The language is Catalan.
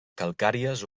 calcàries